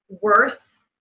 worth